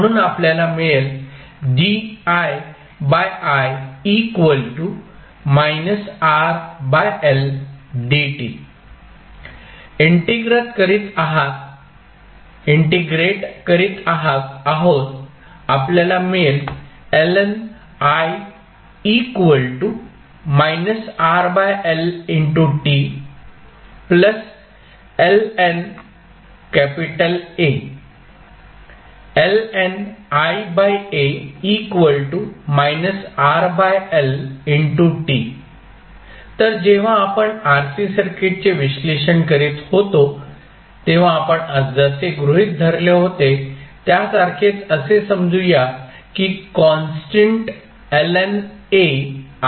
म्हणून आपल्याला मिळेल इंटिग्रेट करीत आहोत आपल्याला मिळेल तर जेव्हा आपण RC सर्किटचे विश्लेषण करीत होतो तेव्हा आपण जसे गृहित धरले होते त्यासारखेच असे समजू या की कॉन्स्टंट आहे